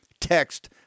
Text